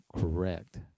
correct